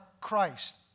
Christ